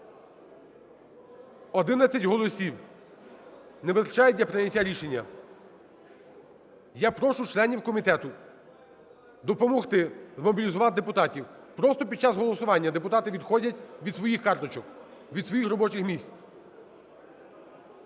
голосів не вистачає для прийняття рішення. Я прошу членів комітету допомогти мобілізувати депутатів, просто під час голосування депутати відходять від свої карточок, від своїх робочих місць.